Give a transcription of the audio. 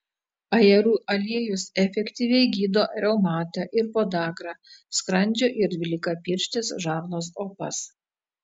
ajerų aliejus efektyviai gydo reumatą ir podagrą skrandžio ir dvylikapirštės žarnos opas